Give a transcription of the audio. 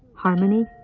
harmony,